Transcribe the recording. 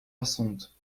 assunto